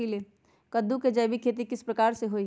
कददु के जैविक खेती किस प्रकार से होई?